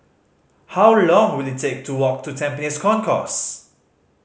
how long will it take to walk to Tampines Concourse